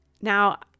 Now